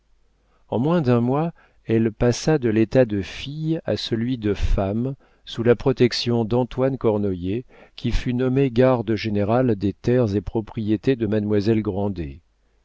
en moins d'un mois elle passa de l'état de fille à celui de femme sous la protection d'antoine cornoiller qui fut nommé garde général des terres et propriétés de mademoiselle grandet